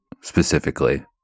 specifically